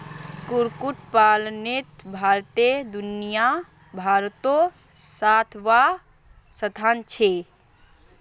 कुक्कुट पलानोत भारतेर दुनियाभारोत सातवाँ स्थान छे